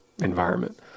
environment